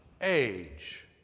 age